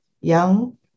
Young